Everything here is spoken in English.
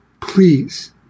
Please